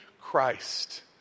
Christ